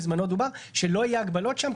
בזמנו דובר שלא יהיו הגבלות שם,